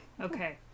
Okay